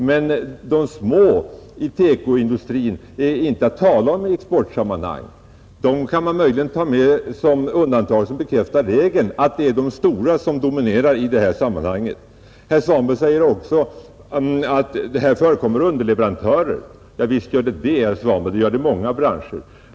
Men de små i TEKO-industrin är inte att tala om i exportsammanhang. Dem kan man möjligen ta med som undantag vilka bekräftar regeln att det är de stora som dominerar. Herr Svanberg sade också att det finns underleverantörer. Javisst, och det finns det också i många andra branscher.